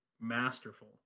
masterful